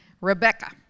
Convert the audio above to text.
Rebecca